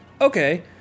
Okay